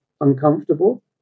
uncomfortable